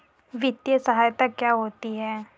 वित्तीय सहायता क्या होती है?